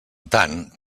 tant